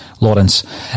Lawrence